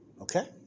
okay